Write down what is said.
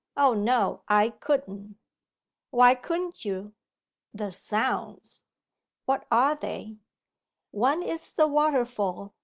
o no, i couldn't why couldn't you the sounds what are they one is the waterfall,